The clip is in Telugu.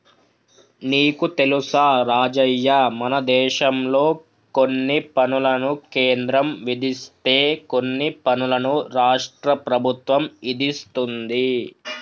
నీకు తెలుసా రాజయ్య మనదేశంలో కొన్ని పనులను కేంద్రం విధిస్తే కొన్ని పనులను రాష్ట్ర ప్రభుత్వం ఇదిస్తుంది